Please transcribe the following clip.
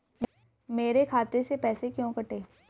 मेरे खाते से पैसे क्यों कटे?